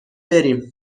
بریم